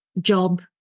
job